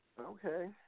Okay